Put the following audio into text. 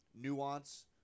nuance